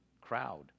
crowd